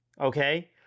Okay